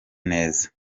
neza